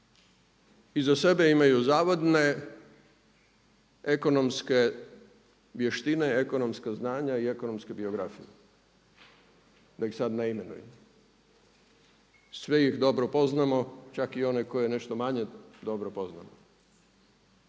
iza sebe imaju zavidne ekonomske vještine, ekonomska znanja i ekonomsku biografiju, da ih sada ne imenujem. Sve ih dobro poznamo, čak i one koje nešto manje dobro poznam.